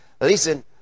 listen